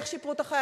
איך שיפרו לאזרחים?